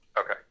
Okay